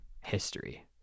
history